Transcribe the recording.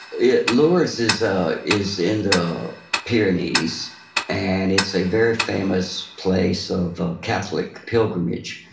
yeah lourdes is ah is in the pyrenees, and it's a very famous place of ah catholic pilgrimage.